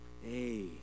Hey